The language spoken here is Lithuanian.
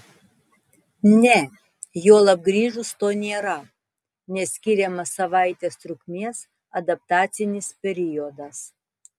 ne juolab grįžus to nėra nes skiriamas savaitės trukmės adaptacinis periodas